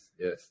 Yes